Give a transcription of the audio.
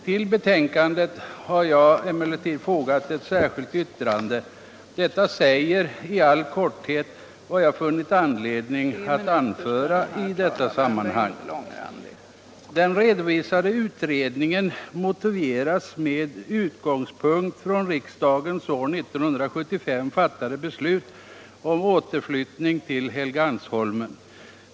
Till betänkandet har jag emellertid fogat ett särskilt yttrande som i all korthet säger vad jag funnit anledning att anföra i detta sammanhang. Den redovisade utredningen motiveras med utgångspunkt i riksdagens år 1975 fattade beslut om återflyttning till Helgeandsholmen.